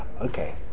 Okay